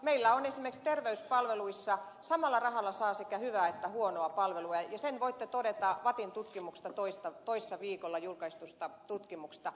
meillä esimerkiksi terveyspalveluissa samalla rahalla saa sekä hyvää että huonoa palvelua ja sen voitte todeta vattin toissa viikolla julkaistusta tutkimuksesta